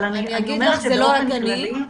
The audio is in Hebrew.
אבל אני אומרת שבאופן כללי --- זה לא רק אני.